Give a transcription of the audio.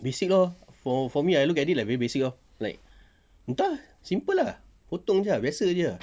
basic lor for me I look at it like very basic orh like entah simple ah potong jer ah biasa jer ah